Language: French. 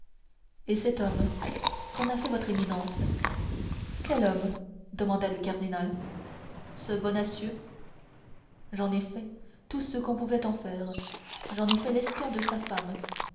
et cet homme qu'en a fait votre éminence quel homme demanda le cardinal ce bonacieux j'en ai fait tout ce qu'on pouvait en faire j'en ai fait l'espion de sa femme